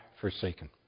forsaken